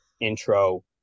intro